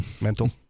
Mental